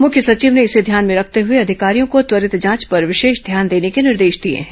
मुख्य सचिव ने इसे ध्यान में रखते हुए अधिकारियों को त्वरित जांच पर विशेष ध्यान देने के निर्देश दिए हैं